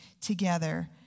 together